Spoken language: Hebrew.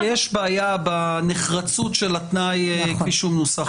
כי יש בעיה בנחרצות של התנאי כפי שהוא מנוסח כרגע.